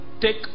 take